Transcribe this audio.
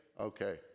okay